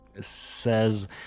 says